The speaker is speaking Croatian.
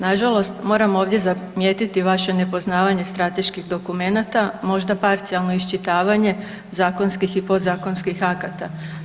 Nažalost, moram ovdje zamijetiti vaše nepoznavanje strateških dokumenata, možda parcijalno iščitavanje zakonskih i podzakonskih akata.